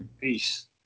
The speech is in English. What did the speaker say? Peace